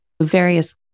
various